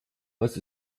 was